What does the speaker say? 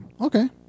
Okay